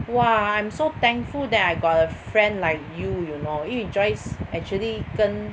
!wah! I'm so thankful that I got a friend like you you know 因为 Joyce actually 跟